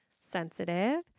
sensitive